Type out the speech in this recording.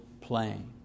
playing